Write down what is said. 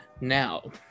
Now